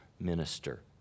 minister